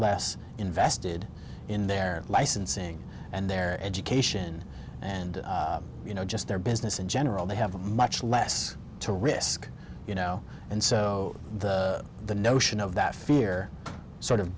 less invested in their licensing and their education and you know just their business in general they have a much less to risk you know and so the notion of that fear sort of